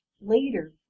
later